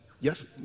Yes